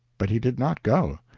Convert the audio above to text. but he did not go.